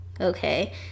okay